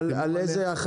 איזו?